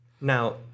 Now